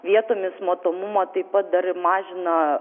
vietomis matomumą taip pat dar ir mažina